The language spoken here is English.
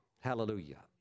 Hallelujah